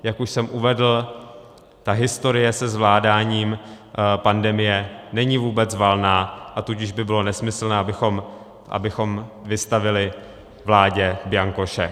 Jak už jsem uvedl, ta historie se zvládáním pandemie není vůbec valná, a tudíž by bylo nesmyslné, abychom vystavili vládě bianko šek.